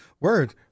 word